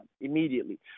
immediately